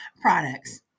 products